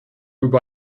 über